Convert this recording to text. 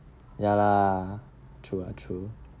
ya lah true lah true